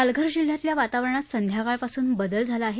पालघर जिल्ह्यातल्या वातावरणात संध्याकाळपासुन बदल झाला आहे